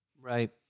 Right